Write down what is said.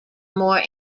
more